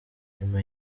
nyuma